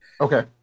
Okay